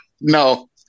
No